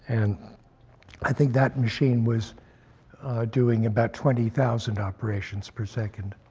and i think that machine was doing about twenty thousand operations per second,